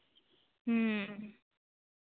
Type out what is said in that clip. ᱦᱮᱸ